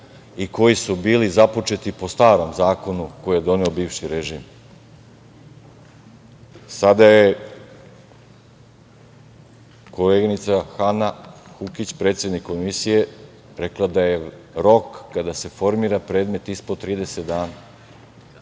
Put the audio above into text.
i koji su bili započeti po starom zakonu koji je doneo bivši režim. Sada je koleginica Hana Hukić, predsednik Komisije rekla da je rok kada se formira predmet ispod 30 dana.